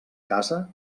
casa